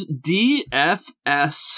DFS